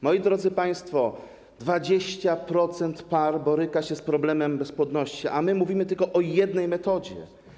Moi drodzy państwo, 20% par boryka się z problemem bezpłodności, a my mówimy tylko o jednej metodzie.